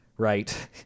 Right